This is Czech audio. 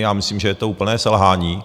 Já myslím, že je to úplné selhání.